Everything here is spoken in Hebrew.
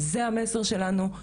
זה המסר שלנו,